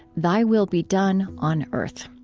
thy will be done on earth!